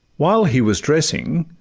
while he was dressing,